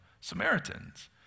Samaritans